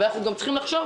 אנחנו גם צריכים לחשוב